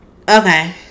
okay